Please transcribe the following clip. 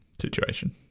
situation